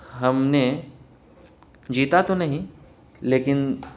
ہم نے جیتا تو نہیں لیکن